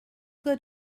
good